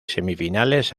semifinales